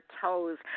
toes